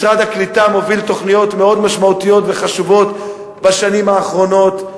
משרד הקליטה מוביל תוכניות מאוד משמעותיות וחשובות בשנים האחרונות.